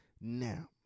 Now